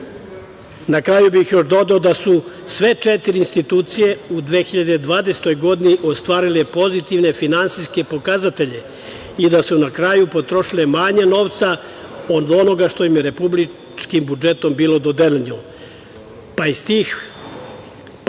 kraju bih još dodao da su sve četiri institucije u 2020. godini ostvarile pozitivne finansijske pokazatelje i da su na kraju potrošile manje novca od onoga što im je republičkim budžetom bilo dodeljeno, pa zato